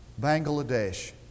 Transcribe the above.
Bangladesh